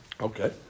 Okay